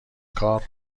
کار